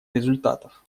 результатов